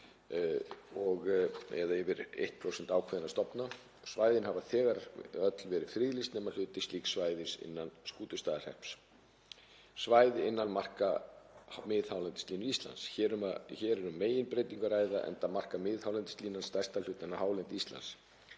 eða yfir 1% ákveðinna stofna. Svæðin hafa þegar öll verið friðlýst nema hluti slíks svæðis innan Skútustaðahrepps. Svæði innan marka miðhálendislínu Íslands. Hér er um meginbreytingu að ræða enda markar miðhálendislínan stærsta hlutann af hálendi Íslands.